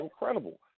incredible